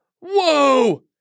Whoa